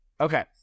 Okay